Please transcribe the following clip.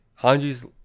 hanji's